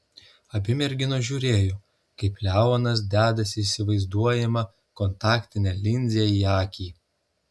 abi merginos žiūrėjo kaip leonas dedasi įsivaizduojamą kontaktinę linzę į akį